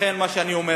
לכן, מה שאני אומר